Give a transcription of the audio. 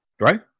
right